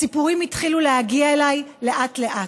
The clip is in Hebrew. הסיפורים התחילו להגיע אליי לאט-לאט.